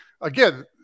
again